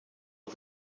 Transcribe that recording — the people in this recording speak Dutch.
een